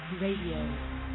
Radio